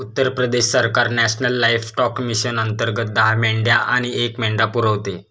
उत्तर प्रदेश सरकार national livestock mission अंतर्गत दहा मेंढ्या आणि एक मेंढा पुरवते